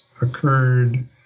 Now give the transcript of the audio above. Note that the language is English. occurred